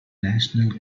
national